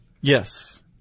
Yes